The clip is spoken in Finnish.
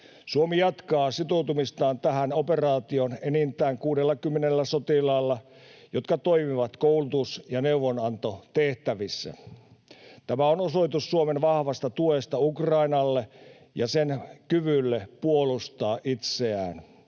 Suomi jatkaa sitoutumistaan tähän operaatioon enintään 60 sotilaalla, jotka toimivat koulutus- ja neuvonantotehtävissä. Tämä on osoitus Suomen vahvasta tuesta Ukrainalle ja sen kyvylle puolustaa itseään.